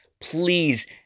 please